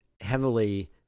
heavily